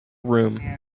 room